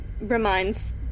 reminds